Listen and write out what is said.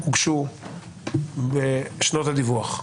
הוגשו בשנות הדיווח?